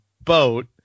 boat